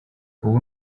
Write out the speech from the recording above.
ubu